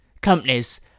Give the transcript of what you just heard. companies